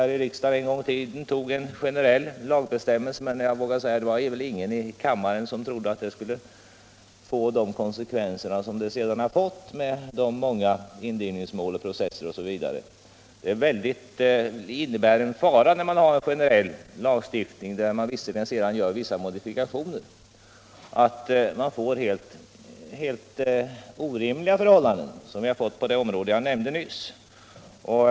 Vi tog en gång i tiden en generell lagbestämmelse här i riksdagen, och det var väl ingen i kammaren som trodde att den skulle få de konsekvenser som den sedan har fått med en mängd indrivningsmål, processer osv. Det innebär en fara att ha en generell lagstiftning, ty även om man sedan gör vissa modifikationer kan den leda till helt orimliga förhållanden, som på det område jag just nämnde.